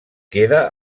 queda